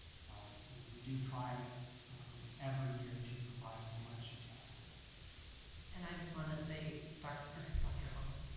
so i mean we do try every year to provide as much as possible and i just want to say doctor dr. holland.